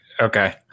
okay